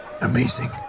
Amazing